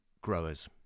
growers